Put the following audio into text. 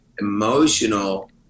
emotional